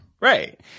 right